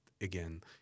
again